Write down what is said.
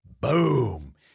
Boom